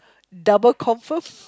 double confirm